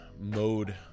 mode